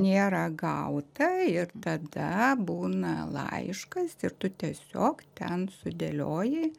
nėra gauta ir tada būna laiškas ir tu tiesiog ten sudėlioji